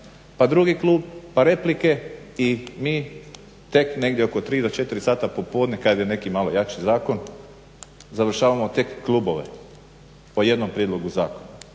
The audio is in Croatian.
pa drugi klub, pa replike i mi tek negdje oko tri do četiri sata popodne kad je neki malo jači zakon završavamo tek klubove po jednom prijedlogu zakona.